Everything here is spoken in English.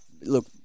look